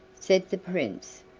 said the prince,